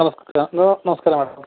hello നമസ്കാരം നമസ്കാരം madam